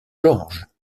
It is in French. georges